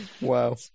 Wow